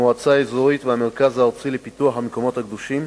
המועצה האזורית והמרכז הארצי לפיתוח המקומות הקדושים,